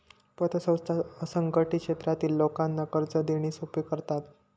पतसंस्था असंघटित क्षेत्रातील लोकांना कर्ज देणे सोपे करतात